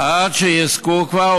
עד שיזכו כבר,